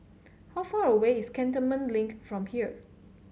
how far away is Cantonment Link from here